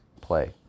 play